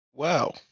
Wow